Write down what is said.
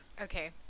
Okay